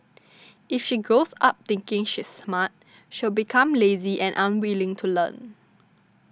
if she grows up thinking she's smart she'll become lazy and unwilling to learn